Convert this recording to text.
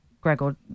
Gregor